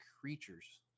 creatures